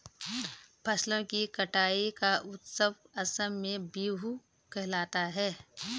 फसलों की कटाई का उत्सव असम में बीहू कहलाता है